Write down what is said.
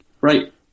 right